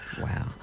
Wow